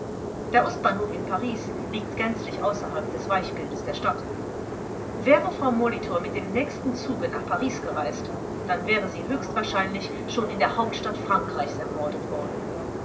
der ostbahnhof in paris liegt gänzlich außerhalb des weichbildes der stadt wäre frau molitor mit dem nächsten zuge nach paris gereist dann wäre sie höchstwahrscheinlich schon in der hauptstadt frankreichs ermordet worden